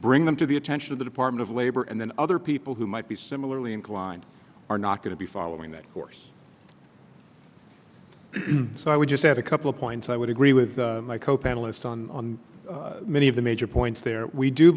bring them to the attention of the department of labor and then other people who might be similarly inclined are not going to be following that course so i would just add a couple of points i would agree with like oh panelists on many of the major points there we do